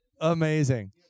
Amazing